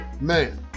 Man